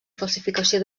falsificació